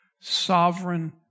sovereign